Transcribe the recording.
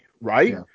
right